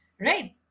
right